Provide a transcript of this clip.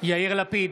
יאיר לפיד,